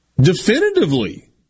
Definitively